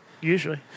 usually